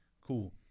cool